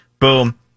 boom